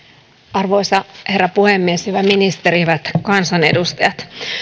arvoisa herra puhemies hyvä ministeri hyvät kansanedustajat